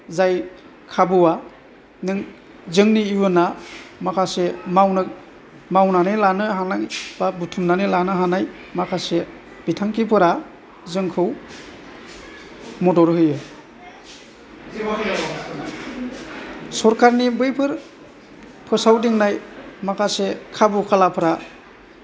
जाय खाबुवा नों जोंनि इयुना माखासे मावनो मावनानै लानो हानाय बा बुथुमनानै लानो हानाय माखासे बिथांखिफोरा जोंखौ मदद होयो सरकारनि बैफोर फोसावदिंनाय माखासे खाबु खालाफोरा